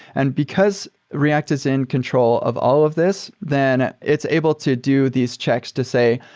and because react is in control of all of this, then it's able to do these checks to say,